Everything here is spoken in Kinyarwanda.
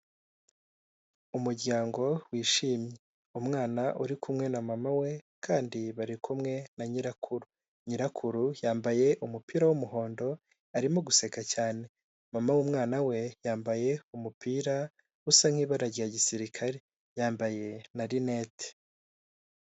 Umuryango wishimye, umwana uri kumwe na mama we kandi bari kumwe na nyirakuru, nyirakuru yambaye umupira w'umuhondo arimo guseka cyane, mama w'umwana we yambaye umupira usa nk'ibara rya gisirikare, yambaye na rinete.